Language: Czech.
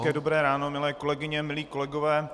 Hezké dobré ráno, milé kolegyně, milí kolegové.